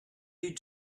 you